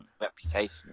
reputation